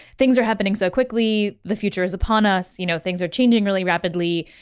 things are happening so quickly. the future is upon us. you know things are changing really rapidly.